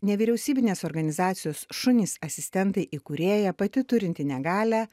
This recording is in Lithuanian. nevyriausybinės organizacijos šunys asistentai įkūrėja pati turinti negalią